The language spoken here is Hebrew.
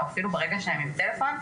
או אפילו ברגע שהם עם טלפון,